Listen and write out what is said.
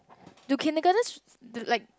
do kindergartens like